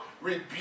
rebuke